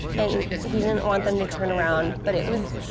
and he didn't want them to turn around, but it was,